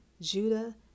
Judah